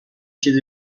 چیزی